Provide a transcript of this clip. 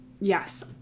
yes